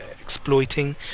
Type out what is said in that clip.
exploiting